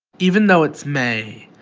even though it's may,